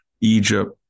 Egypt